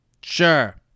Sure